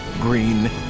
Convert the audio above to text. green